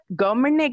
government